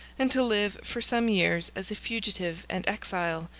and to live for some years as a fugitive and exile,